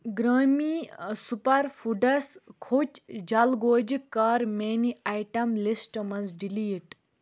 گرٛامی super foods کھوٚچ جلگوجہِ کَر میٛانہِ آیٹم لِسٹ منٛز ڈِلیٖٹ